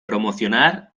promocionar